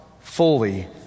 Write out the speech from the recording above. fully